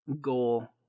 goal